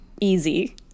easy